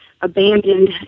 abandoned